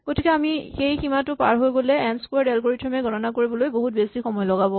গতিকে আমি সেই সীমাটো পাৰ হৈ গ'লে এন স্কোৱাৰ্ড এলগৰিথম এ গণনা কৰিবলৈ বহুত বেছি সময় লগাব